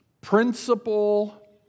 Principle